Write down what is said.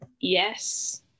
Yes